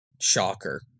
shocker